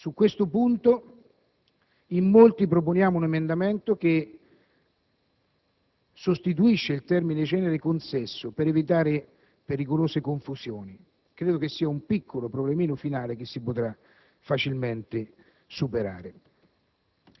Su questo punto, in molti proponiamo un emendamento che sostituisce il termine «genere» con «sesso» per evitare pericolose confusioni. Credo che sia un piccolo problema finale che si potrà facilmente superare.